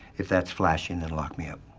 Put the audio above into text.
if that's flashing then lock me up.